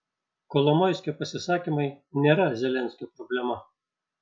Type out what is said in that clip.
kolomoiskio pasisakymai nėra zelenskio problema